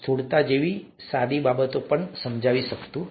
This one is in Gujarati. સ્થૂળતા જેવી સાદી બાબતો પણ બરાબર સમજાતી નથી